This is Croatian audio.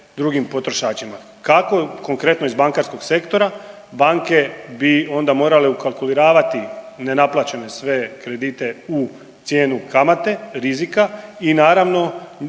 drugim potrošačima. Kako konkretno iz bankarskog sektora banke bi onda morale ukalkuliravati nenaplaćene sve kredite u cijenu kamate, rizika i naravno